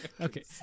Okay